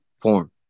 form